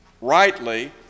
rightly